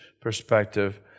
perspective